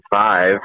five